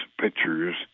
pictures